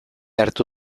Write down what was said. hartu